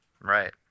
Right